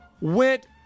went